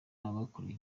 yabakoreye